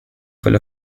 full